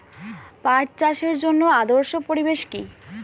পাট চাষের জন্য আদর্শ পরিবেশ কি?